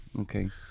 Okay